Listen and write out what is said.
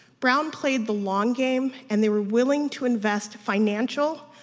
brown played the long game and they were willing to invest financial,